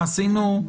מה עשינו,